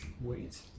wait